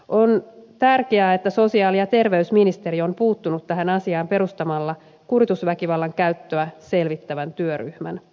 on tärkeää että sosiaali ja terveysministeriö on puuttunut tähän asiaan perustamalla kuritusväkivallan käyttöä selvittävän työryhmän